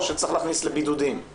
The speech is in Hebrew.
או שצריך להכניס לבידודים.